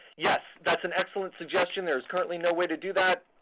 yes, that's an excellent suggestion. there's currently no way to do that.